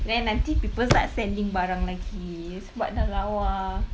then nanti people start sending barang lagi sebab dah lawa